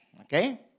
okay